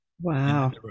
Wow